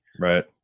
right